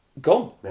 gone